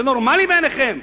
זה נורמלי בעיניכם?